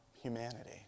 humanity